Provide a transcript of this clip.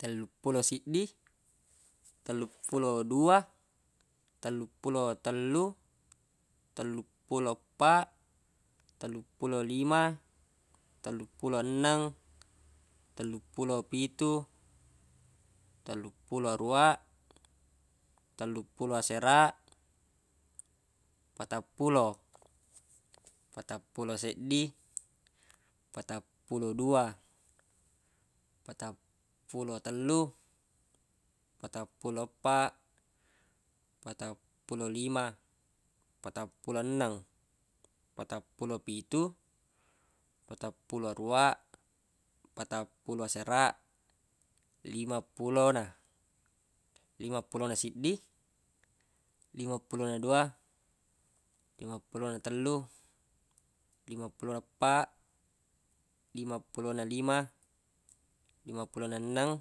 Tellupulo siddi tellupulo dua tellupulo tellu tellupulo eppa tellupulo lima tellupulo enneng tellupulo pitu tellupulo aruwa tellupulo asera patappulo patappulo seddi patappulo dua patappulo tellu patappulo eppa patappulo lima patappulo enneng patappulo pitu patappulo aruwa patappulo asera limappulona limappulona siddi limappulona dua limappulona tellu limappulona eppa limappulona lima limappulona enneng